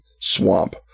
swamp